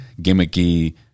gimmicky